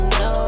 no